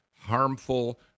harmful